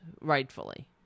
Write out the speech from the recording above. rightfully